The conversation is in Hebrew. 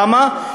למה?